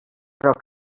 però